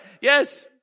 Yes